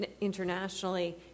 internationally